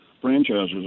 franchises